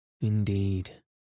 indeed